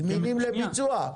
זמינים לביצוע.